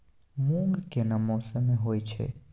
मूंग केना मौसम में होय छै?